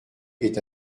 est